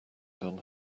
done